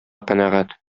канәгать